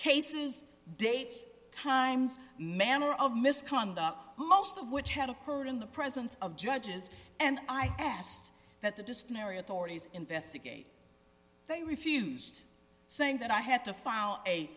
cases dates times manner of misconduct most of which had occurred in the presence of judges and i asked that the disciplinary authorities investigate they refused saying that i had to file a